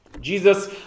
Jesus